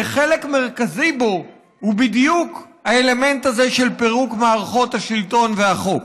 חלק מרכזי בו הוא בדיוק האלמנט הזה של פירוק מערכות השלטון והחוק.